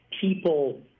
people